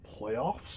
playoffs